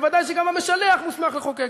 ודאי שגם המשלח מוסמך לחוקק.